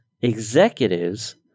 executives